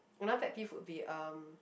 another pet peeve would be um